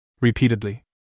repeatedly